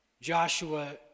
Joshua